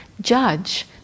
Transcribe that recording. judge